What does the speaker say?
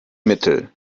mittel